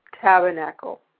tabernacle